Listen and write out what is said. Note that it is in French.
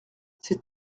c’est